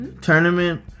tournament